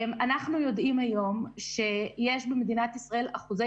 אנחנו יודעים היום שיש במדינת ישראל אחוזי